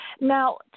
Now